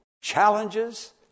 challenges